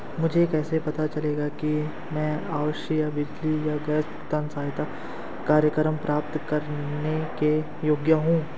मुझे कैसे पता चलेगा कि मैं आवासीय बिजली या गैस भुगतान सहायता कार्यक्रम प्राप्त करने के योग्य हूँ?